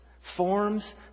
Forms